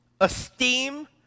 esteem